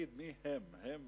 תגיד מי הם.